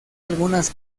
algunas